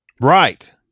Right